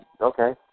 Okay